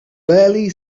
barely